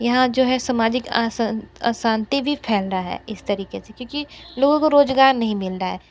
यहाँ जो है सामाजिक अशांत अशांति भी फैल रहा है इस तरीके से क्योंकि लोगों को रोज़गार नहीं मिल रहा है